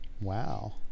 Wow